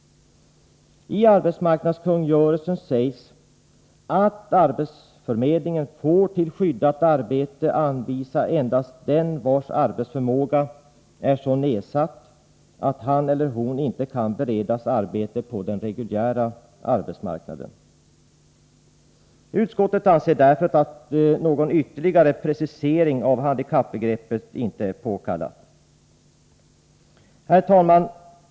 I arbetsmarknadskungörelsen sägs att arbetsförmedlingen får till skyddat arbete anvisa endast den vars arbetsförmåga är så nedsatt att han eller hon inte kan beredas arbete på den reguljära arbetsmarknaden. Utskottet anser därför att någon ytterligare precisering av handikappbegreppet inte är påkallad. Herr talman!